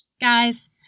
Guys